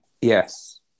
Yes